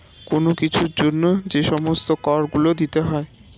কোন কিছুর জন্য যে সমস্ত কর গুলো দিতে হয়